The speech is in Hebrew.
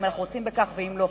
אם אנחנו רוצים בכך ואם לא.